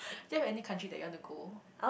do you have any country that you want to go